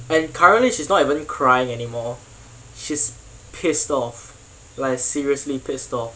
and currently she's not even crying anymore she's pissed off like seriously pissed off